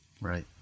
right